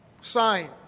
sign